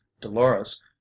Dolores